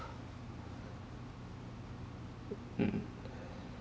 mm mm